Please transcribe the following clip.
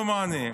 דומני.